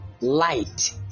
light